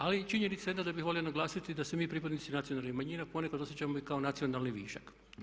Ali činjenica je jedna da bih volio naglasiti da se mi pripadnici nacionalnih manjina ponekad osjećamo i kao nacionalni višak.